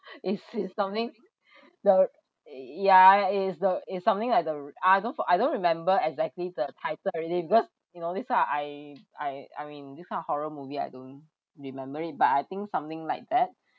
is is something the y~ ya it is the is something like the r~ I don't I don't remember exactly the title already because you know that's why I I I mean this kind of horror movie I don't remember it but I think something like that